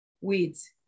weeds